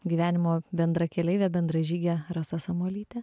gyvenimo bendrakeleivė bendražygė rasa samuolytė